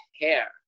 hair